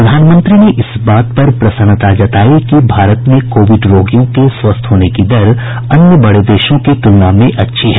प्रधानमंत्री ने इस बात पर प्रसन्नता जतायी की भारत में कोविड रोगियों के स्वस्थ होने की दर अन्य बड़े देशों के तुलना में अच्छी है